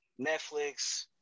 Netflix